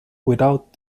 without